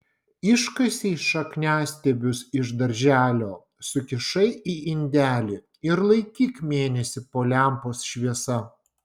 iškasei šakniastiebius iš darželio sukišai į indelį ir laikyk mėnesį po lempos šviesa